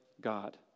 God